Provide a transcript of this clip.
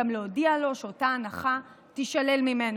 גם להודיע לו שאותה הנחה תישלל ממנו.